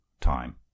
time